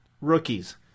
rookies